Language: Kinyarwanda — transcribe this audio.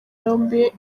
yombi